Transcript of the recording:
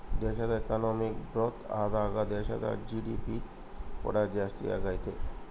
ದೇಶವು economic growth ಆದಾಗ ದೇಶದ ಜಿ.ಡಿ.ಪಿ ಕೂಡ ಜಾಸ್ತಿಯಾಗತೈತೆ